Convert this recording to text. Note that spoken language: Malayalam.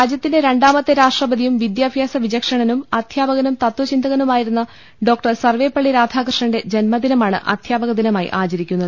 രാജൃത്തിന്റെ രണ്ടാമത്തെ രാഷ്ട്രപതിയും വിദ്യാഭ്യാസ വിചക്ഷണനും അധ്യാപകനും തത്വ ചിന്തകനുമായിരുന്ന ഡോക്ടർ സർവ്വെപള്ളി രാധാകൃഷ്ണന്റെ ജന്മദിനമാണ് അധ്യാപകദിനമായി ആചരിക്കുന്നത്